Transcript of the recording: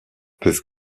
peuvent